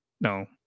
No